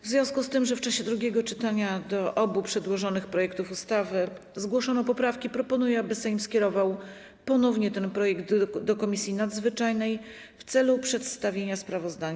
W związku z tym, że w czasie drugiego czytania do obu przedłożonych projektów ustawy zgłoszono poprawki, proponuję, aby Sejm skierował ponownie ten projekt do Komisji Nadzwyczajnej w celu przedstawienia sprawozdania.